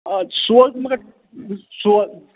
آ سوز مگر سوز